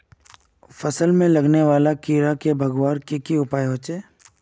फसल में लगने वाले कीड़ा क दूर भगवार की की उपाय होचे?